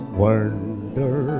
wonder